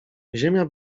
ziemia